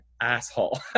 asshole